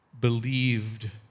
Believed